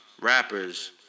rappers